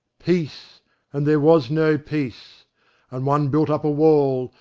peace and there was no peace and one built up a wall,